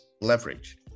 leverage